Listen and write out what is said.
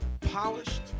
polished